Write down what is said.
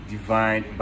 Divine